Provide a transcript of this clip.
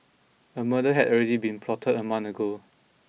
a murder had already been plotted a month ago